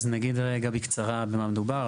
אז נגיד רגע בקצרה על מה מדובר.